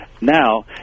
Now